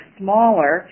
smaller